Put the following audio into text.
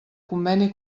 conveni